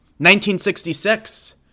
1966